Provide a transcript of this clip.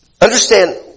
Understand